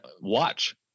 watch